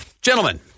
Gentlemen